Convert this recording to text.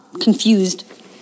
confused